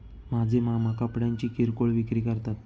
माझे मामा कपड्यांची किरकोळ विक्री करतात